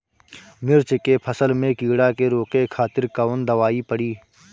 मिर्च के फसल में कीड़ा के रोके खातिर कौन दवाई पड़ी?